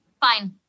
Fine